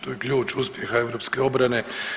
To je ključ uspjeha europske obrane.